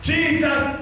Jesus